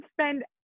spend